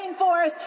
rainforest